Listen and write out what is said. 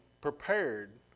prepared